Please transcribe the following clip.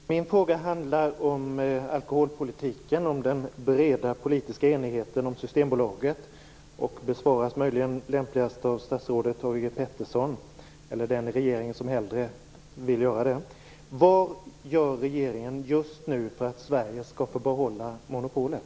Herr talman! Min fråga handlar om alkoholpolitiken och om den breda politiska enigheten om Systembolaget. Den besvaras möjligen lämpligast av statsrådet Thage G Peterson, eller av någon annan i regeringen som hellre vill göra det.